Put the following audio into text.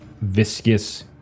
viscous